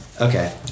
Okay